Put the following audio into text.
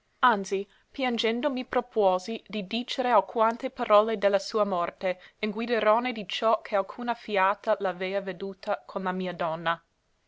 anzi piangendo mi propuosi di dicere alquante parole de la sua morte in guiderdone di ciò che alcuna fiata l'avea veduta con la mia donna